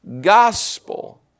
gospel